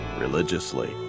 religiously